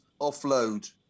offload